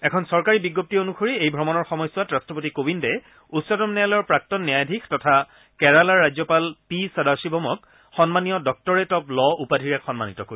এখন চৰকাৰী বিজ্ঞপ্তি অনুসৰি এই অমণৰ সময়চোৱাত ৰাট্টপতি কোবিন্দে উচ্চতম ন্যায়ালয়ৰ প্ৰাক্তন ন্যায়াধীশ তথা কেৰালাৰ ৰাজ্যপাল পি সদাশিৱমক সন্মানীয় ডক্তৰেট অৱ ল উপাধিৰে সন্মানিত কৰিব